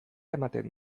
ematen